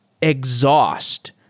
exhaust